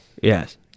Yes